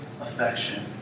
affection